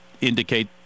indicate